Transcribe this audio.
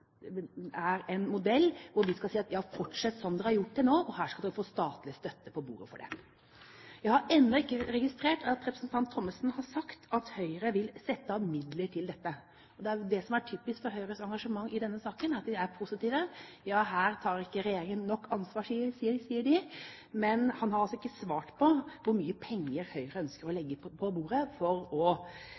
en modell hvor vi skal si: Fortsett som dere har gjort til nå, og det skal dere få statlig støtte på bordet for. Jeg har ennå ikke registrert at representanten Thommessen har sagt at Høyre vil sette av midler til dette. Og det er vel det som er typisk for Høyres engasjement i denne saken, at de er positive – her tar ikke regjeringen nok ansvar, sier de – men han har altså ikke svart på hvor mye penger Høyre ønsker å legge på bordet for å